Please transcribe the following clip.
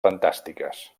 fantàstiques